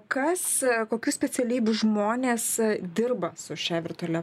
kas kokių specialybių žmonės dirba su šia virtualia